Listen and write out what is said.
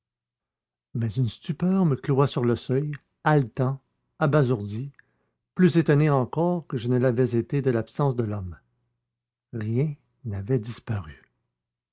mais une stupeur me cloua sur le seuil haletant abasourdi plus étonné encore que je ne l'avais été de l'absence de l'homme rien n'avait disparu